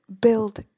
build